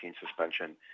suspension